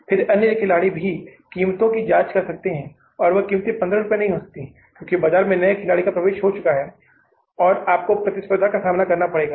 फिर अन्य खिलाड़ी भी कीमत की जांच कर सकते हैं और कीमत 15 रुपये नहीं हो सकती है क्योंकि बाजार में नए खिलाड़ी का प्रवेश हो चुका है और आपको प्रतिस्पर्धा का सामना करना पड़ेगा